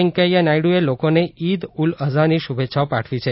વૈંકયા નાયડુએ લોકોને ઇદ ઉલ અઝહાની શુભેચ્છાઓ પાઠવી છે